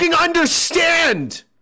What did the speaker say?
understand